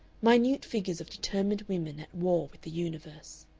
minute figures of determined women at war with the universe.